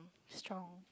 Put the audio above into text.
strong